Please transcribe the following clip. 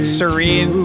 serene